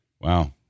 Wow